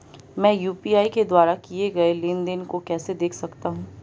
मैं यू.पी.आई के द्वारा किए गए लेनदेन को कैसे देख सकता हूं?